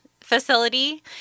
facility